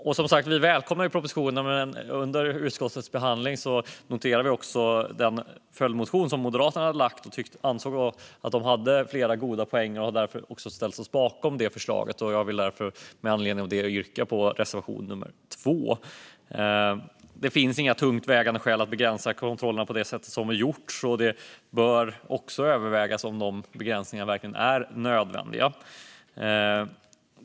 Vi välkomnar alltså propositionen, men under utskottets behandling noterar vi också att den följdmotion som Moderaterna har lagt har flera goda poänger. Därför har vi ställt oss bakom det förslaget, och jag vill med anledning av detta yrka på reservation 2. Det finns inga tungt vägande skäl att begränsa kontrollerna på det sätt som gjorts. Det bör även övervägas om dessa begränsningar verkligen är nödvändiga.